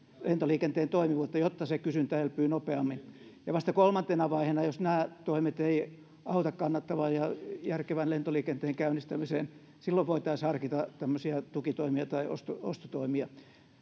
lentoliikenteen toimivuutta jotta se kysyntä elpyy nopeammin ja vasta kolmantena vaiheena jos nämä toimet eivät auta kannattavan ja järkevän lentoliikenteen käynnistämiseen silloin voitaisiin harkita tämmöisiä tukitoimia tai ostotoimia